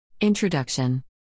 Introduction